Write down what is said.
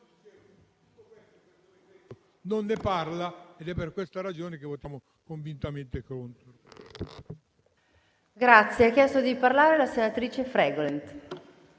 …non ne parla ed è per questa ragione che votiamo convintamente contro.